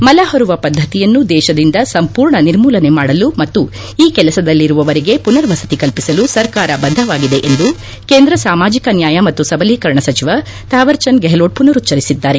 ಮಲಹೊರುವ ಪದ್ದತಿಯನ್ನು ದೇಶದಿಂದ ಸಂಪೂರ್ಣ ನಿರ್ಮೂಲನೆ ಮಾಡಲು ಮತ್ತು ಈ ಕೆಲಸದಲ್ಲಿರುವವರಿಗೆ ಪುನರ್ವಸತಿ ಕಲ್ಪಿಸಲು ಸರ್ಕಾರ ಬದ್ಧವಾಗಿದೆ ಎಂದು ಕೇಂದ್ರ ಸಾಮಾಜಿಕ ನ್ಯಾಯ ಮತ್ತು ಸಬಲೀಕರಣ ಸಚಿವ ಥಾವರ್ಚಂದ್ ಗೆಹ್ಲೋಟ್ ಮನರುಚ್ಚರಿಸಿದ್ದಾರೆ